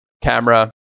camera